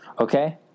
Okay